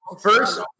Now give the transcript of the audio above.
First